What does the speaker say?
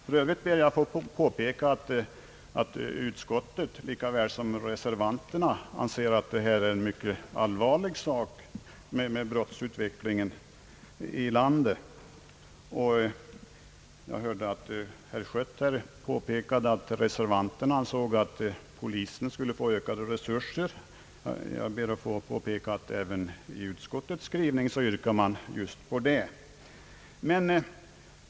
För övrigt ber jag att få påpeka, att utskottet lika väl som reservanterna anser att brottsutvecklingen i landet utgör ett mycket allvarligt problem. Herr Schött framhöll att reservanterna ansåg att polisen skall få ökade resurser. Jag vill då betona att det även i utskottets skrivning yrkas just på detta.